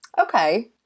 Okay